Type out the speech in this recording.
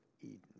Eden